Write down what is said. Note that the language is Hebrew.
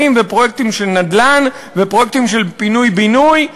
ולפרויקטים של נדל"ן ופרויקטים של פינוי-בינוי,